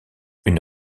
une